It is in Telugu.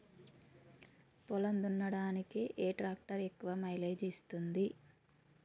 పొలం దున్నడానికి ఏ ట్రాక్టర్ ఎక్కువ మైలేజ్ ఇస్తుంది?